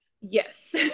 Yes